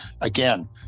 again